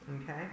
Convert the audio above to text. Okay